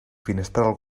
finestral